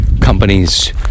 companies